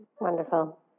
Wonderful